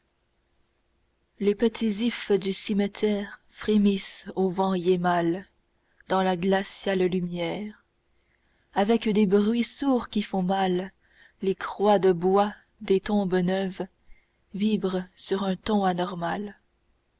les petits ifs du cimetière frémissent au vent hiémal dans la glaciale lumière avec des bruits sourds qui font mal les croix de bois des tombes neuves vibrent sur un ton anormal